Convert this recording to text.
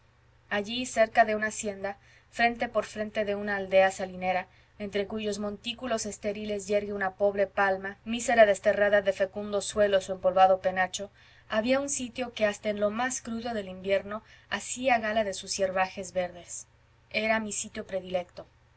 allí cerca de una hacienda frente por frente de una aldea salinera entre cuyos montículos estériles yergue una pobre palma mísera desterrada de fecundo suelo su empolvado penacho había un sitio que hasta en lo más crudo del invierno hacía gala de sus hierbajes verdes era mi sitio predilecto